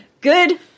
Good